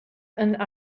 and